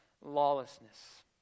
lawlessness